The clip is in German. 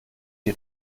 die